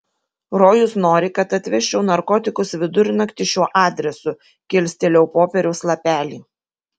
rojus nori kad atvežčiau narkotikus vidurnaktį šiuo adresu kilstelėjau popieriaus lapelį